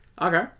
Okay